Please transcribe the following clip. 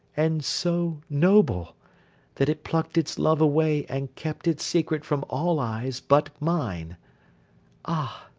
and so noble that it plucked its love away, and kept its secret from all eyes but mine ah!